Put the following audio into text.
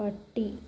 പട്ടി